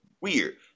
weird